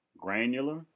granular